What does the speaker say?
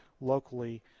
locally